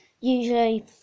usually